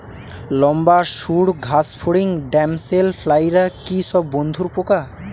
লম্বা সুড় ঘাসফড়িং ড্যামসেল ফ্লাইরা কি সব বন্ধুর পোকা?